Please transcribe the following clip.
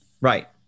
Right